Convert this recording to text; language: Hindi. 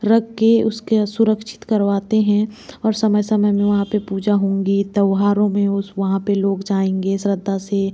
रख कर उसके सुरक्षित करवाते हैं और समय समय में वहाँ पर पूजा होंगी त्योहारों में उस वहाँ पर लोग जाएंगे श्रद्धा से